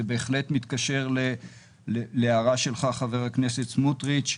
זה בהחלט מתקשר להערה שלך חבר הכנסת סמוטריץ',